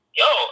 yo